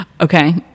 Okay